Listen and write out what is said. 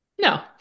no